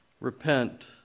Repent